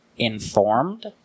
Informed